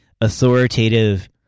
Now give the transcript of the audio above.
authoritative